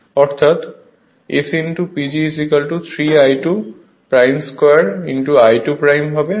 অর্থাৎ S PG 3 I2 2 I2 হবে